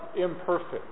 imperfect